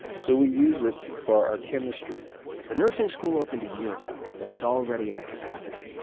so we use it for our chemistry the nursing school opened a year ago and it's already at capacity.